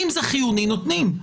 אם זה חיוני נותנים.